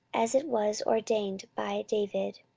as it was ordained by david.